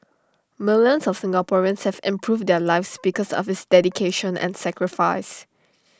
millions of Singaporeans have improved their lives because of his dedication and sacrifice